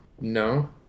No